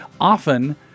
Often